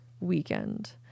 weekend